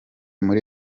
muri